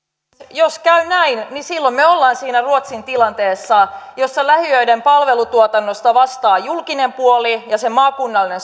jos käy näin niin silloin me olemme ruotsin tilanteessa jossa lähiöiden palvelutuotannosta vastaa julkinen puoli ja maakunnallinen